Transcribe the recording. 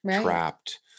trapped